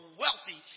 wealthy